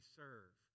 serve